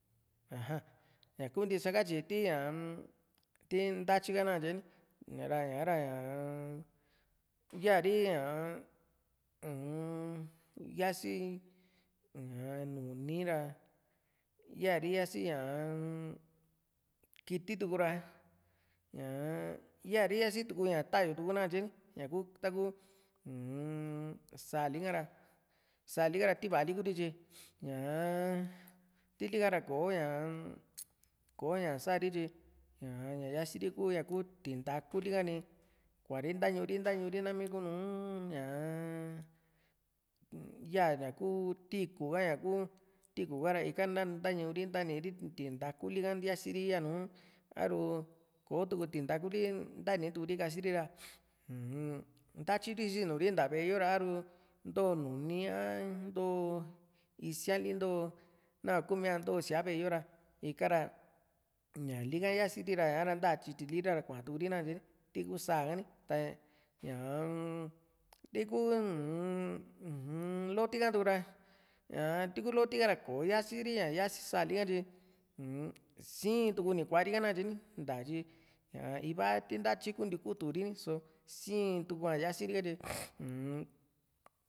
aja ña kuu ntisa katyi ti ñaa-m ti ntatyi ka na katye ni ñara ñá´ra ñaa ya´ri ña uu-n yasi a nuni ra ya´ri yasi ñaa-m kiti tuku ra ñaa yari yasi tuku ña ta´yu nakatye ni ñaku taku uu-m sáali ka ra sáali ka ra ti va´a li kuru tyi ñaa tilika ra ko ñaa-m kò´o ña sari tyi ña ñá yasiri ku ña kú tintakuli ha´ni kuari ntañuri ntañuri nami kuu´nu ñaa ya´ña ku tiikú ña kuu tiikú ha ra ika ntañuu´ri ntañuu´ri nami kuu´nu ñaa ya´ña ku tiikú ha ña kiu tiikú ha´ra ika ntañuu´ri ntañuu´ri ntani´ri tintakuli ka yasiri yanu a´ru kò´o tu tintakuli ntani turi kasiri ra uu-m ntatyiri sinuri nta ve´e yo ra a´ru nto nuni a nto isíaali nto nahua kuu miá nto síaa ve´e yo ra ikara ñaalika yasiri ra ña´ra nta tyitili ri ra kuetuu´ri nakatye ni ti kuú sáa ni ñaa-m tiku uu-n loti ka tukura ñaa ti ku loti ka´ra kò´o yasiri ña yasi sáali ka tyi uu-n sii´tu ni kua´rika naktye ni nta tyi ñá iva ti ntatyi kunti kuturi ri´so sii tua yasiri ka tyi uu-n